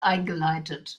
eingeleitet